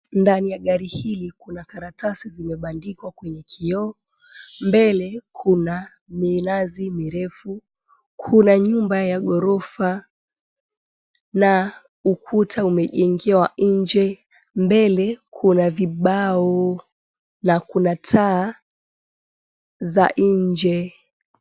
Ndani ya gari hili, kuna karatasi zimebandikwa kwenye kioo, mbele kuna minazi mirefu. Kuna nyumba ya ghorofa, na ukuta umejengewa nje. Mbele kuna vibao na taa za nje.